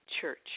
Church